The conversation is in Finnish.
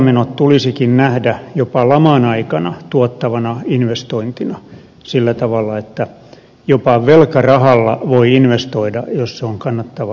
kertamenot tulisikin nähdä jopa laman aikana tuottavana investointina sillä tavalla että jopa velkarahalla voi investoida jos se on kannattava investointi